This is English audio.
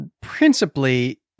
principally